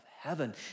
heaven